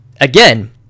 Again